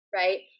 right